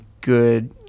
good